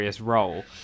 role